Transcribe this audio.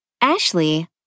Ashley